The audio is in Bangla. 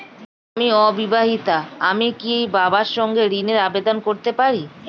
আমি অবিবাহিতা আমি কি বাবার সাথে ঋণের আবেদন করতে পারি?